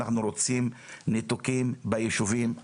אנחנו רוצים ניתוקים ביישובים הערביים.